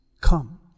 come